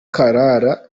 karara